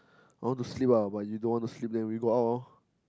I want to sleep ah but you don't want then we go out orh